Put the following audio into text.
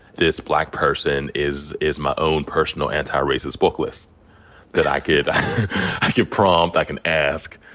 this black person is is my own personal antiracist book list that i could i could prompt, i can ask,